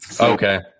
Okay